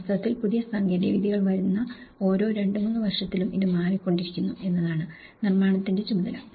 വാസ്തവത്തിൽ പുതിയ സാങ്കേതികവിദ്യകൾ വരുന്ന ഓരോ 2 3 വർഷത്തിലും ഇത് മാറിക്കൊണ്ടിരിക്കുന്നു എന്നതാണ് നിർമ്മാണത്തിന്റെ ചുമതല